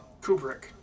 Kubrick